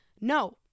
No